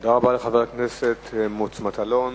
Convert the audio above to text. תודה רבה לחבר הכנסת מוץ מטלון.